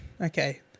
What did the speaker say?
okay